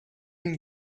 and